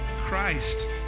Christ